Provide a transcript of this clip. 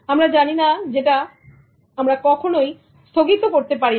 আমরা জানি না যেটা আমরা কখনই স্থগিত করতে পারিনা